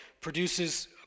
produces